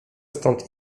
stąd